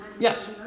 Yes